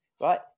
right